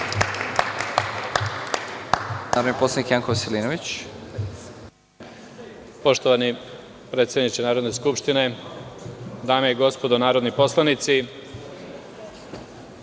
Izvolite. **Janko Veselinović** Poštovani predsedniče Narodne skupštine, dame i gospodo narodni poslanici,